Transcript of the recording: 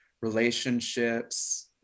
relationships